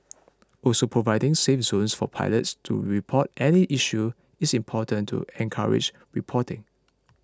also providing safe zones for pilots to report any issues is important to encourage reporting